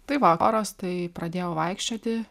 tai va oras tai pradėjau vaikščioti